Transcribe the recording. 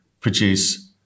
produce